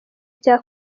cya